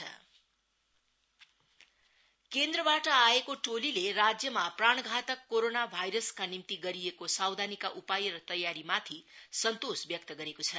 सेन्ट्रब team visit केन्द्रबाट आएको टोलीले राज्यमा प्राणघातक कोरोना भाइरसका निम्ति गरिएको सावधानीका उपाय र तयारीमाथि सन्तोष व्यक्त गरेको छ